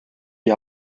die